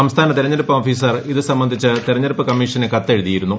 സംസ്ഥാന തെരഞ്ഞെടുപ്പ് ഓഫീസർ ഇത് സംബന്ധിച്ച് തെരഞ്ഞെടുപ്പ് കമ്മീഷന് കത്തെഴുതിയിരുന്നു